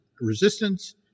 Resistance